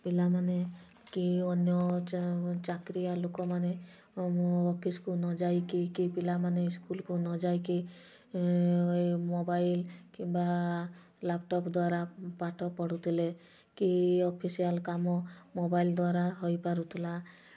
ପିଲାମାନେ କି ଅନ୍ୟ ଚାକିରୀଆ ଲୋକମାନେ ଅଫିସ୍କୁ ନ ଯାଇକି କି ପିଲାମାନେ ସ୍କୁଲ୍କୁ ନ ଯାଇକି ଏଇ ମୋବାଇଲ୍ କିମ୍ବା ଲାପଟପ୍ ଦ୍ୱାରା ପାଠ ପଢ଼ୁଥିଲେ କି ଅଫିସିଆଲ୍ କାମ ମୋବାଇଲ୍ ଦ୍ୱାରା ହୋଇପାରୁଥୁଲା